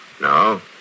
No